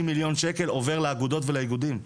מיליון שקל עובר לאגודות ולאיגודים.